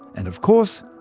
and, of course,